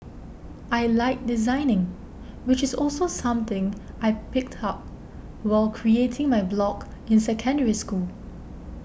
I like designing which is also something I picked up while creating my blog in Secondary School